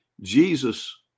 Jesus